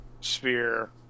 sphere